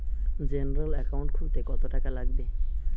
General account খুলতে কত টাকা লাগবে?